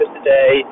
today